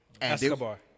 Escobar